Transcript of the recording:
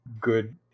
good